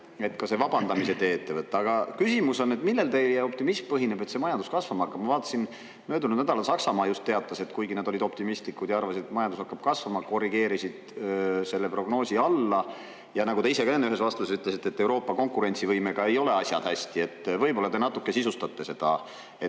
see vabandamise tee ette võtta. Aga küsimus on, millel põhineb teie optimism, et majandus kasvama hakkab. Ma vaatasin, möödunud nädalal Saksamaa teatas, et kuigi nad olid optimistlikud ja arvasid, et majandus hakkab kasvama, korrigeerisid nad seda prognoosi allapoole. Ja nagu te ise ka enne ühes vastuses ütlesite, et Euroopa konkurentsivõimega ei ole asjad hästi. Võib-olla te natuke sisustate seda …